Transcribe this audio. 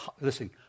Listen